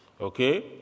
Okay